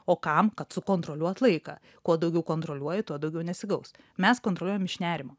o kam kad sukontroliuot laiką kuo daugiau kontroliuoji tuo daugiau nesigaus mes kontroliuojam iš nerimo